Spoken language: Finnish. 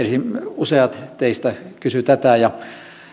useat teistä kysyivät tätä